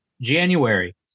January